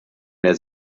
der